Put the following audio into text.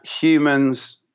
humans